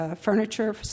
Furniture